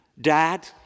Dad